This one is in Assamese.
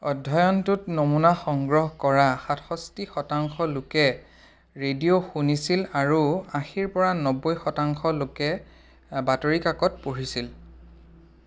অধ্যয়নটোত নমুনা সংগ্ৰহ কৰা সাতষষ্ঠি শতাংশ লোকে ৰেডিঅ' শুনিছিল আৰু আশীৰপৰা নব্বৈ শতাংশ লোকে বাতৰি কাকত পঢ়িছিল